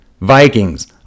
Vikings